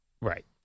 Right